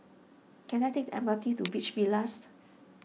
can I take the M R T to Beach Villas